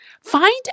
Find